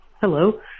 Hello